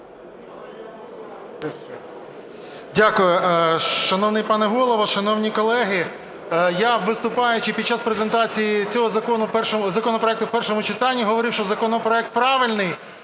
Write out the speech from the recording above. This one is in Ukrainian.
Дякую. Шановний пане Голово, шановні колеги! Я, виступаючи, під час презентації цього законопроекту в першому читанні говорив, що законопроект правильний.